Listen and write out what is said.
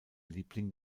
liebling